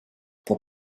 pour